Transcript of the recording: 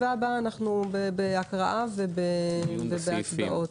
חלק יהיו עבירות קנס וחלק יהיו הזמנות לדין,